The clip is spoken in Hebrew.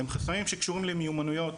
הם חסמים שקשורים למיומנויות,